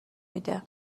میده